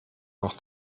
noch